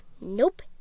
Nope